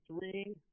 three